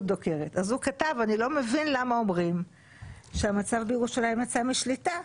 הוא כתב: אני לא מבין למה אומרים שהמצב בירושלים יצא משליטה.